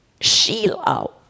Sheila